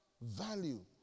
value